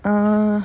uh